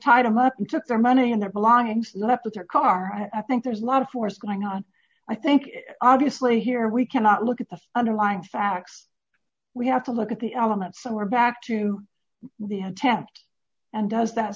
him up and took their money and their belongings left with their car and i think there's a lot of force going on i think obviously here we cannot look at the underlying facts we have to look at the elements and we're back to the have temped and does that